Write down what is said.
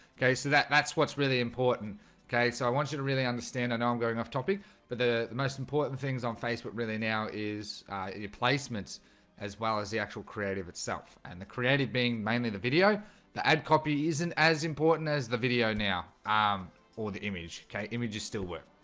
okay, so that that's what's really important okay so i want you to really understand and i'm going off-topic but the the most important things on facebook really now is your placements as well as the actual creative itself and the creative being mainly in the video the ad copy isn't as important as the video now um or the image. okay images still work